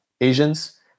Asians